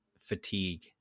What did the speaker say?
fatigue